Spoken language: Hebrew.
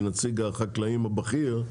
שהוא נציג החקלאים הבכיר,